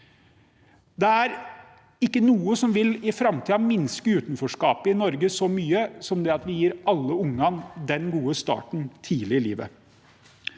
Det er ikke noe som vil minske utenforskapet i Norge i framtiden så mye som det at vi gir alle ungene den gode starten tidlig i livet.